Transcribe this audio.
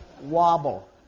wobble